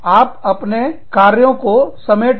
आप अपने कार्यों गतिविधियों को समेट रहे